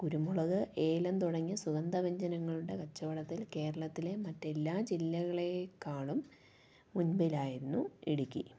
കുരുമുളക് ഏലം തുടങ്ങിയ സുഗന്ധവ്യഞ്ജനങ്ങളുടെ കച്ചവടത്തിൽ കേരളത്തിലെ മറ്റ് എല്ലാ ജില്ലകളെക്കാളും മുൻപിലായിരുന്നു ഇടുക്കി